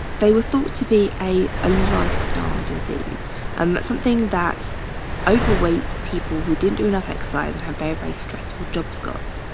they were thought to be a ah lifestyle disease. that um something that's overweight people who didn't do enough exercise and have very, very stressful jobs gots.